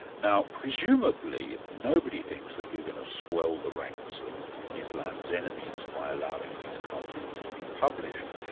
now presumably, nobody thinks that you're going to swell the ranks of islam's enemies by allowing these cartoons to be published,